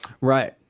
Right